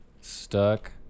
stuck